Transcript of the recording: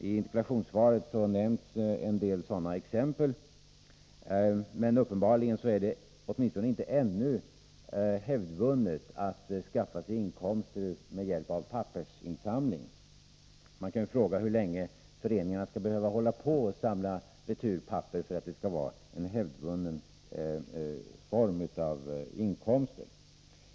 I interpellationssvaret nämns en del exempel, men uppenbarligen är det åtminstone inte ännu hävdvunnet att skaffa sig inkomster med hjälp av pappersinsamling. Man kan ju fråga hur länge föreningarna skall behöva hålla på och samla returpapper för att det skall vara en hävdvunnen typ av inkomst.